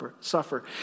suffer